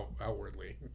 outwardly